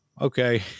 okay